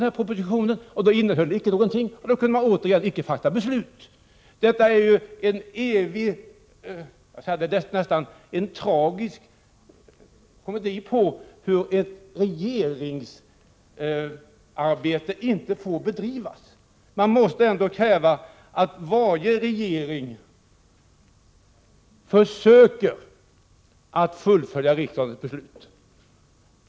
När propositionen så kom innehöll den ingenting. Då kunde man återigen inte fatta beslut. Detta är en evig, nästan tragisk, parodi som visar hur ett regeringsarbete inte får bedrivas. Man måste ändå kunna kräva att varje regering försöker fullfölja riksdagens beslut.